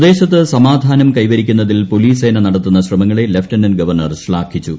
പ്രദേശത്ത് സമാധാനം കൈവരിക്കുന്നതിൽ പൊലീസ് സേന നടത്തുന്ന ശ്രമങ്ങളെ ലഫ്റ്റനന്റ് ഗവർണർ ശ്ശാഘിച്ചു